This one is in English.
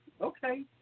okay